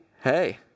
Hey